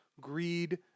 greed